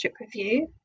review